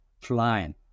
flying